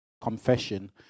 confession